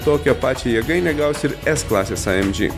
tokią pačią jėgainę gaus ir es klasės a em dži